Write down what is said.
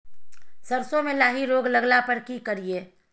सरसो मे लाही रोग लगला पर की करिये?